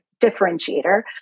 differentiator